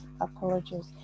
Apologies